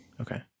Okay